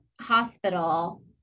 hospital